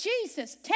Jesus